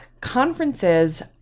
conferences